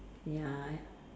ya I